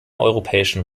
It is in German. europäischen